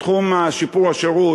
בתחום שיפור השירות